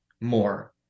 more